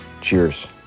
Cheers